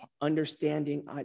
understanding